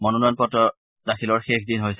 মনোনয়ন পত্ৰৰ দাখিলৰ শেষ দিন হৈছে